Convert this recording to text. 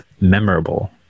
memorable